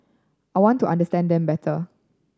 I want to understand them better